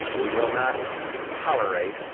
we will not tolerate,